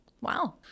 Wow